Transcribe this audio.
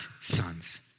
sons